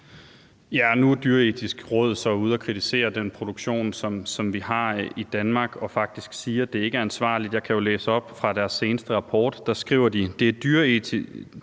Nu er Det Dyreetiske Råd så ude at kritisere den produktion, som vi har i Danmark, og de siger faktisk, at det ikke er ansvarligt. Jeg kan jo læse op fra deres seneste rapport, og der skriver de: »Det Dyreetiske